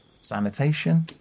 sanitation